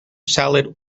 salad